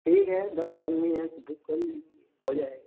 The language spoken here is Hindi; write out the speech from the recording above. ठीक है दस आदमी हैं तो बुक कर लीजिए हो जाएगा